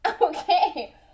Okay